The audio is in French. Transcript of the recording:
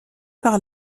par